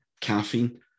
caffeine